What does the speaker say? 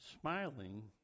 smiling